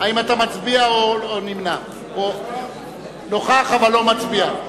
האם אתה מצביע או נמנע, או נוכח אבל לא מצביע?